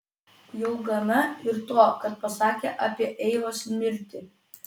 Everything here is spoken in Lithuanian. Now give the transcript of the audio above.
jau gana ir to kad pasakė apie eivos mirtį